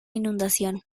inundación